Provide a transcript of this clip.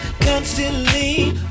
constantly